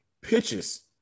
pitches